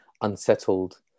unsettled